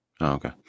Okay